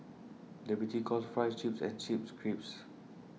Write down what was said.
the British calls Fries Chips and Chips Crisps